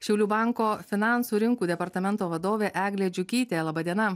šiaulių banko finansų rinkų departamento vadovė eglė džiugytė laba diena